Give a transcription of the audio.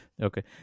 Okay